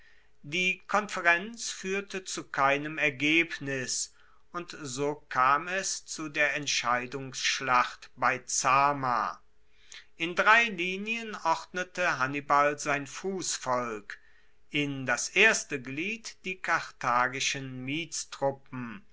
die konferenz fuehrte zu keinem ergebnis und so kam es zu der entscheidungsschlacht bei zama in drei linien ordnete hannibal sein fussvolk in das erste glied die karthagischen